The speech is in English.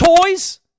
Toys